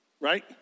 right